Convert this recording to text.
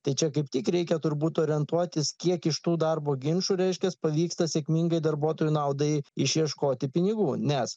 tai čia kaip tik reikia turbūt orientuotis kiek iš tų darbo ginčų reiškias pavyksta sėkmingai darbuotojų naudai išieškoti pinigų nes